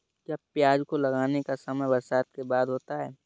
क्या प्याज को लगाने का समय बरसात के बाद होता है?